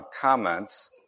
comments